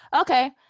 okay